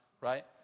Right